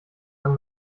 man